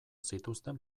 zituzten